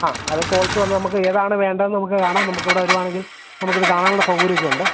ആ അത് ക്വാളിറ്റി വന്ന് നമുക്ക് ഏതാണ് വേണ്ടതെന്നു നമുക്ക് കാണാം നമുക്കിവിടെ വരുകയാണെങ്കിൽ നമുക്കിത് കാണാനുള്ള സൗകര്യമൊക്കെയുണ്ട്